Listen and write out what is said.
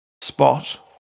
spot